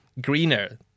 greener